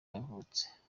yavutse